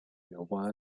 有关